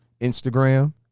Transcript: Instagram